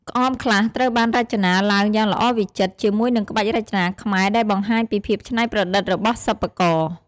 ក្អមខ្លះត្រូវបានរចនាឡើងយ៉ាងល្អវិចិត្រ ជាមួយនឹងក្បាច់រចនាខ្មែរដែលបង្ហាញពីភាពច្នៃប្រឌិតរបស់សិប្បករ។